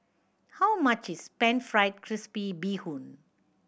how much is Pan Fried Crispy Bee Hoon